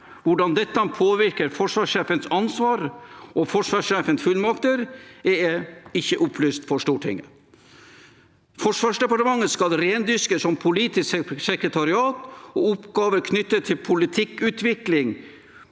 Hvordan dette påvirker forsvarssjefens ansvar og forsvarssjefens fullmakter, er ikke opplyst for Stortinget. Forsvarsdepartementet skal rendyrkes som politisk sekretariat og rendyrke oppgaver knyttet til politikkutvikling,